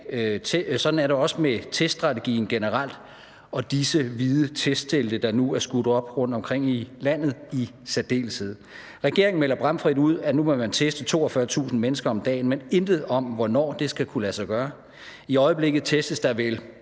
Sådan er det også med teststrategien generelt og disse hvide testtelte, der nu er skudt op rundtomkring i landet, i særdeleshed. Regeringen melder bramfrit ud, at man vil teste 42.000 mennesker om dagen, men intet om, hvornår det skal kunne lade sig gøre. I øjeblikket testes der vel